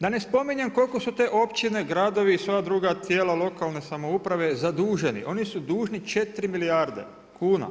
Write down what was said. Da ne spominjem koliko su te općine, gradovi i sva druga tijela lokalne samouprave zaduženi, oni su dužni četiri milijarde kuna.